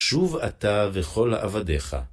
שוב אתה וכל עבדיך.